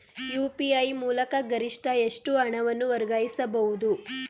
UPI ಮೂಲಕ ಗರಿಷ್ಠ ಎಷ್ಟು ಹಣವನ್ನು ವರ್ಗಾಯಿಸಬಹುದು?